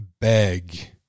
beg